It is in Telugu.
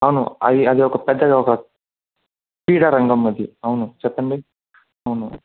అవును అది అది ఒక పెద్దది ఒక క్రీడా రంగం అది అవును చెప్పండి అవును